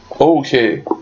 Okay